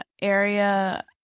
area